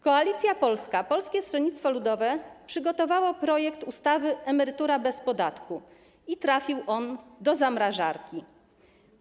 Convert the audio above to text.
Koalicja Polska - Polskie Stronnictwo Ludowe przygotowało projekt ustawy „Emerytura bez podatku” i trafił on do zamrażarki.